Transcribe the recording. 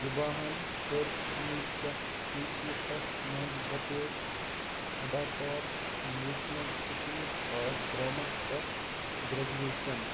وِباہَن کٔر کُنوُہ شَتھ شیٚیہِ شیٖتَس منٛز بطورِ اَداکار نیشنَل سکوٗل آف ڈرٛاما پٮ۪ٹھ گریٚجویشن